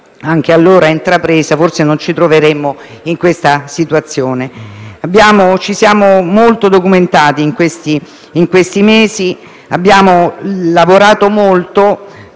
fosse stata intrapresa allora, forse non ci troveremmo in questa situazione). Ci siamo molto documentati in questi mesi e abbiamo lavorato molto,